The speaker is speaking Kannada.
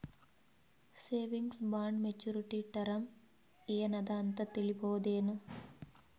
ಸೇವಿಂಗ್ಸ್ ಬಾಂಡ ಮೆಚ್ಯೂರಿಟಿ ಟರಮ ಏನ ಅದ ಅಂತ ತಿಳಸಬಹುದೇನು?